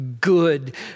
good